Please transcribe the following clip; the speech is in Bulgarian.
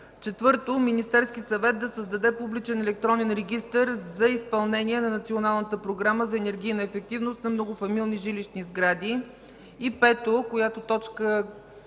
4. Министерският съвет да създаде публичен електронен регистър за изпълнение на Националната програма за енергийна ефективност на многофамилни жилищни сгради.”